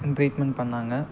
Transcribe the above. treatment பண்ணாங்க